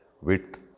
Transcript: width